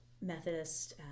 Methodist